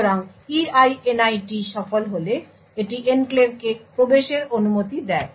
সুতরাং EINIT সফল হলে এটি এনক্লেভকে প্রবেশের অনুমতি দেয়